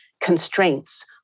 constraints